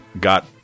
got